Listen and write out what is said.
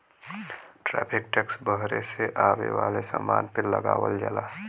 tariff tax बहरे से आये वाले समान पे लगावल जाला